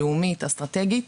לאומית ואסטרטגית.